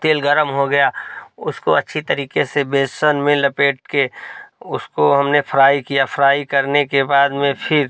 तेल गर्म हो गया उसको अच्छी तरीके से बेसन में लपेट कर उसको हमने फ़्राई किया फ़्राई करने के बाद में फिर